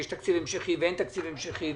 יש תקציב המשכי ואין תקציב המשכי,